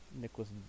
Nicholas